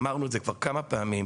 אמרנו את זה כבר כמה פעמים.